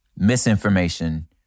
misinformation